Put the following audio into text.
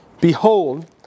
Behold